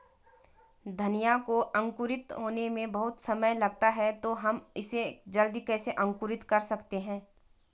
धनिया को अंकुरित होने में बहुत समय लगता है तो हम इसे जल्दी कैसे अंकुरित कर सकते हैं?